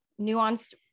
nuanced